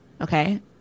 okay